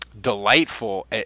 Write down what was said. delightful